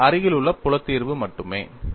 இது அருகிலுள்ள புல தீர்வு மட்டுமே